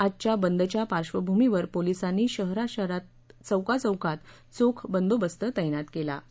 आजच्या बंदच्या पार्श्वभूमीवर पोलीसांनी शहरातील चौकाचौकात चोख बंदोबस्त तैनात केला आहे